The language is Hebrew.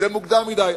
זה מוקדם מדי.